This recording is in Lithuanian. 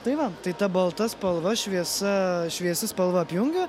tai va tai ta balta spalva šviesa šviesi spalva apjungia